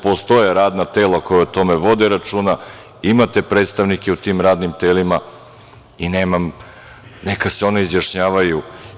Postoje radna tela koja o tome vode računa, imate predstavnike u tim radnim telima i neka se oni izjašnjavaju.